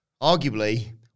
Arguably